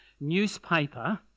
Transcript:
newspaper